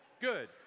Good